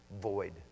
void